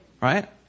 Right